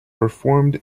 performed